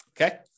Okay